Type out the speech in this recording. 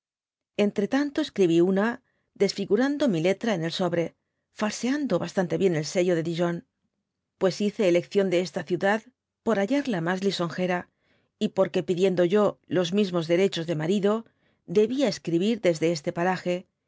entre tanto escribí una desfigurando mi letra en el sobre falseando bastante bien el sello de dijon pues hice elección de esta ciudad por hallarla mas lisonjera y jiorquc pidiendo yo los mismos derechos de marido debia escribir desde este paraje